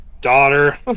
daughter